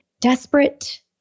desperate